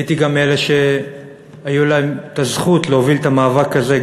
הייתי גם מאלה שהייתה להם הזכות להוביל את המאבק הזה,